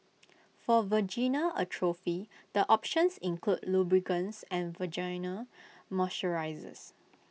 for vaginal atrophy the options include lubricants and vaginal moisturisers